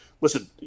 Listen